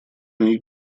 ней